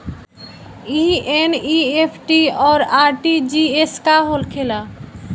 ई एन.ई.एफ.टी और आर.टी.जी.एस का होखे ला?